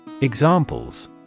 Examples